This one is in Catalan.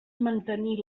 mantenir